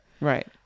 Right